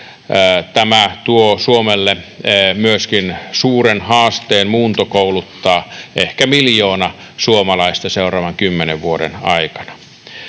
Tämä tuo Suomelle myöskin suuren haasteen muuntokouluttaa ehkä miljoona suomalaista seuraavan kymmenen vuoden aikana.